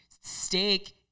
steak